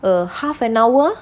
a half an hour